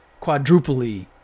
quadruply